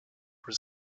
were